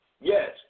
Yes